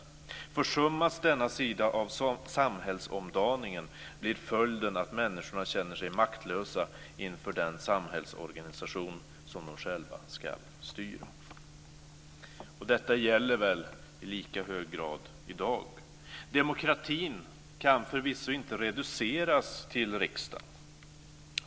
Försummas denna sida av samhällsomdaningen blir följden att människorna känner sig maktlösa inför den samhällsorganisation som de själva ska styra. Detta gäller väl i lika hög grad i dag. Demokratin kan förvisso inte reduceras till riksdagen.